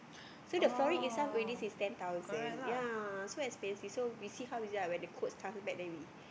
so the flooring itself already is ten thousand yea so expensive so we see how is it ah when the quotes comes back then we